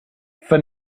for